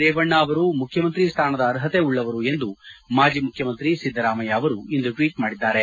ರೇವಣ್ಣ ಅವರೂ ಮುಖ್ಯಮಂತ್ರಿ ಸ್ವಾನದ ಅರ್ಷತೆ ಉಳ್ಳವರು ಎಂದು ಮಾಜಿ ಮುಖ್ಯಮಂತ್ರಿ ಸಿದ್ದರಾಮಯ್ತ ಅವರು ಇಂದು ಟ್ವೇಟ್ ಮಾಡಿದ್ದಾರೆ